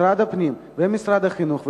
משרד הפנים ומשרד החינוך,